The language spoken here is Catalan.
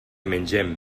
mengem